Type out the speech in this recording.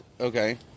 Okay